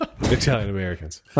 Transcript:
Italian-Americans